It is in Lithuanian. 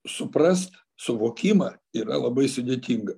suprast suvokimą yra labai sudėtinga